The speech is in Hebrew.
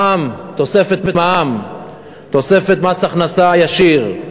תוספת מע"מ, תוספת מס הכנסה ישיר,